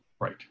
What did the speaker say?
Right